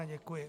Děkuji.